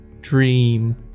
dream